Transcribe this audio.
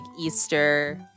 Easter